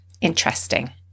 interesting